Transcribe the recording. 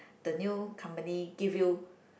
the new company give you